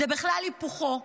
זה בכלל היפוכו.